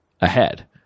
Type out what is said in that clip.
ahead